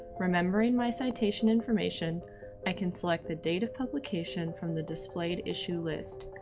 remembering my citation information i can select the date of publication from the displayed issue list,